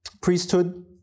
priesthood